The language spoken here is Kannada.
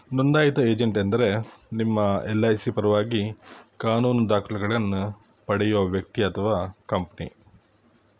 ನೋಂದಾಯಿತ ಏಜೆಂಟ್ ಎಂದರೆ ನಿಮ್ಮ ಎಲ್ ಐ ಸಿ ಪರವಾಗಿ ಕಾನೂನು ದಾಖಲೆಗಳನ್ನು ಪಡೆಯುವ ವ್ಯಕ್ತಿ ಅಥವಾ ಕಂಪ್ನಿ